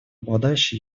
обладающие